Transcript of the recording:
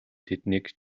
тэднийг